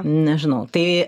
nežinau tai